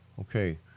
Okay